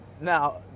now